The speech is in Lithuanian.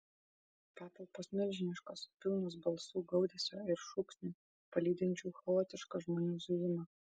patalpos milžiniškos pilnos balsų gaudesio ir šūksnių palydinčių chaotišką žmonių zujimą